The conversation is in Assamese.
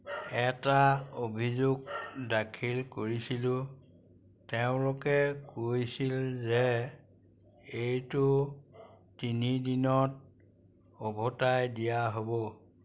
এটা অভিযোগ দাখিল কৰিছিলোঁ তেওঁলোকে কৈছিল যে এইটো তিনিদিনত উভতাই দিয়া হ'ব